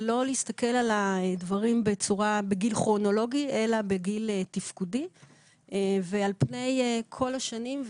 ולא להסתכל על הדברים בגיל כרונולוגי אלא בגיל תפקודי ועל פני כל השנים.